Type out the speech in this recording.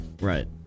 Right